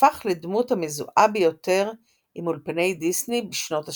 והפך לדמות המזוהה ביותר עם אולפני דיסני בשנות ה-30.